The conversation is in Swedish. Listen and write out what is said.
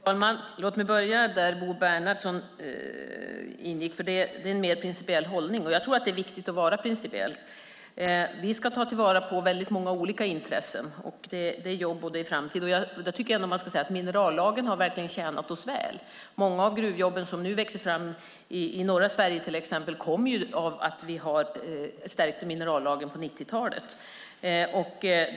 Herr talman! Jag börjar med det Bo Bernhardsson sade om en mer principiell hållning. Jag tror att det är viktigt att vara principiell. Vi ska tillvarata många olika intressen som handlar om jobb och framtid. Minerallagen har verkligen tjänat oss väl. Många av de gruvjobb som nu växer fram i norra Sverige kommer av att vi stärkte minerallagen på 90-talet.